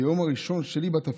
"ביום הראשון שלי בתפקיד",